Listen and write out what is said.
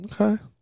Okay